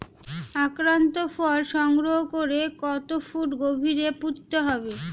আক্রান্ত ফল সংগ্রহ করে কত ফুট গভীরে পুঁততে হবে?